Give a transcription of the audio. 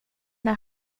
när